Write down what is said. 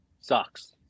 sucks